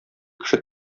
кеше